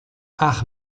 ach